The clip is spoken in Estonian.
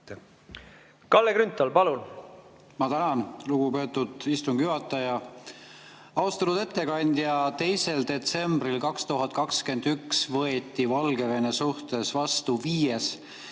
Kalle Grünthal, palun! Ma tänan, lugupeetud istungi juhataja! Austatud ettekandja! 2. detsembril 2021 võeti Valgevene suhtes vastu viies